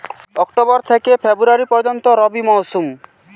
October থেকে February পর্যন্ত রবি মৌসুম